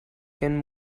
can